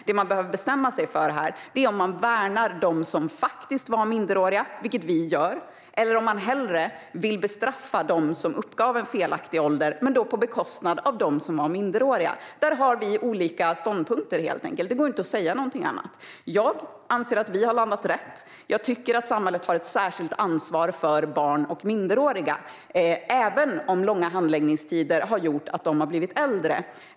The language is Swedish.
Det man behöver bestämma sig för här är om man värnar dem som faktiskt var minderåriga, vilket vi gör, eller om man hellre, på bekostnad av dem som var minderåriga, vill bestraffa dem som uppgav en felaktig ålder. Där har vi olika ståndpunkter, helt enkelt. Det går inte att säga något annat. Jag anser att vi har landat rätt. Jag tycker att samhället har ett särskilt ansvar för barn och minderåriga, även om långa handläggningstider har gjort att de har blivit äldre.